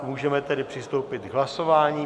Můžeme tedy přistoupit k hlasování.